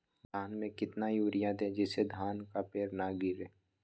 धान में कितना यूरिया दे जिससे धान का पेड़ ना गिरे?